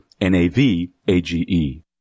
N-A-V-A-G-E